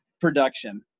production